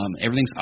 everything's